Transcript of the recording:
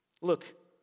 Look